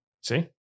See